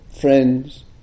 friends